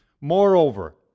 Moreover